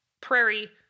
Prairie